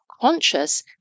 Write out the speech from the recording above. conscious